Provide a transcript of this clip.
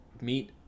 meet